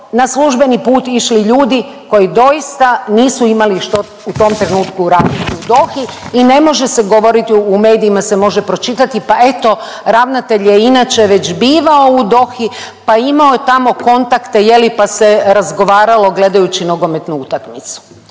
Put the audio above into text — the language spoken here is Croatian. na službeni put išli ljudi koji doista nisu imali što u tom trenutku raditi u Dohi i ne može se govoriti, u medijima se može pročitati, pa eto ravnatelj je inače već bivao u Dohi pa imamo je tamo kontakte je li pa se razgovaralo gledajući nogometnu utakmicu.